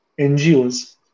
NGOs